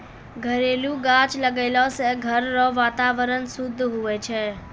घरेलू गाछ लगैलो से घर रो वातावरण शुद्ध हुवै छै